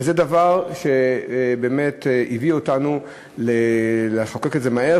וזה דבר שבאמת הביא אותנו לחוקק את זה מהר.